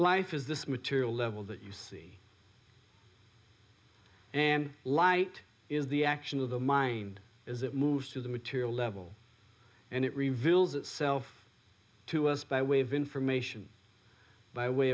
life is this material level that you see and light is the action of the mind as it moves through the material level and it reveals itself to us by way of information by way